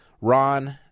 Ron